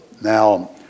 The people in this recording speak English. Now